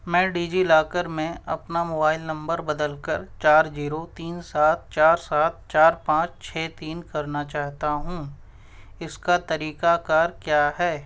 میں D G locker میں اپنا موبائل نمبر بدل کر چار زیرو تین سات چار سات چار پانچ چھ تین کرنا چاہتا ہوں اس کا طریقہ کار کیا ہے